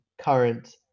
current